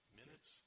minutes